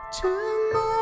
tomorrow